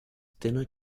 dinner